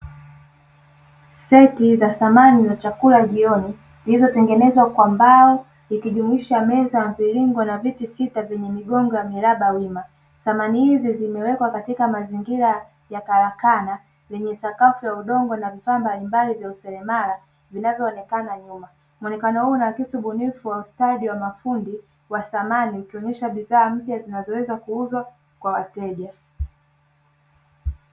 Seti za samani za chakula jioni, zilizo tengenezwa kwa mbao ikijumuisha, meza mviringo na viti sita vyenye migongo ya miraba wima. Samani hizi zimewekwa katika mazingira ya karakana yenye sakafu ya udongo na vifaa mbalimbali vya uselemala vinavyoonekana nyuma. Mwonekano huu unaakisi ubunifu wa ustadi wa mafundi wa samani, ikionyesha bidhaa mpya zinazoweza kuuzwa kwa wateja.